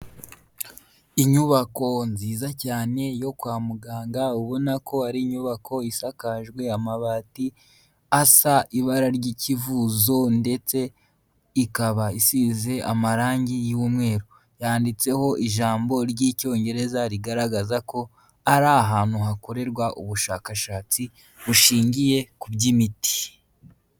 Inyubako nziza cyane yo kwa muganga, ubona ko ari inyubako isakajwe amabati asa ibara ry'ikivuzo ndetse ikaba isize amarangi y'umweru. Yanditseho ijambo ry'Icyongereza rigaragaza ko ari ahantu hakorerwa ubushakashatsi, bushingiye ku by'imiti.